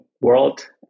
world